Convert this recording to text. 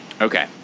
okay